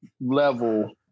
level